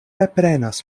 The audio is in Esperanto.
reprenas